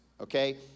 okay